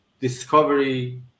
discovery